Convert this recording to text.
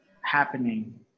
happening